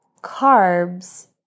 carbs